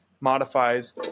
modifies